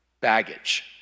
baggage